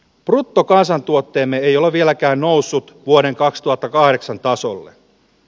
bruttokansantuotteemme ei ole vieläkään noussut vuoden kaksituhattakahdeksan tasolle